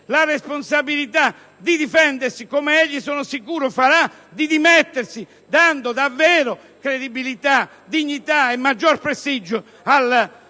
la responsabilità di difendersi - come egli sono sicuro farà - a dimettersi, dando davvero credibilità, dignità e maggior prestigio al